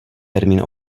termín